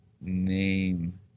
name